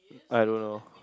I don't know